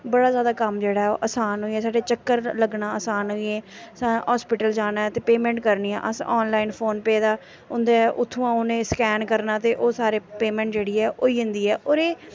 बड़ा जैदा कम्म जेह्ड़ा ऐ ओह् असान होई गेआ साढ़े चक्कर लग्गना असान होई गे असें हास्पिटल जाना ऐ ते पेमेंट करनी ऐ ते अस आनलाइन फोन पे दा उंदे उत्थुआं उ'नें स्कैन करना ते ओह् सारी पेमेंट जेह्ड़ी ऐ होई जंदी ऐ होर एह्